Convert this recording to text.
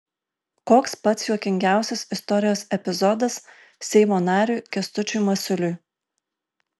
koks pats juokingiausias istorijos epizodas seimo nariui kęstučiui masiuliui